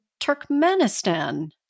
Turkmenistan